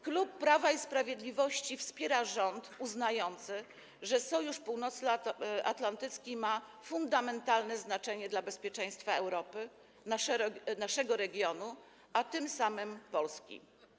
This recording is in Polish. Klub Prawa i Sprawiedliwości wspiera rząd uznający, że Sojusz Północnoatlantycki ma fundamentalne znaczenie dla bezpieczeństwa Europy, naszego regionu, a tym samym Polski.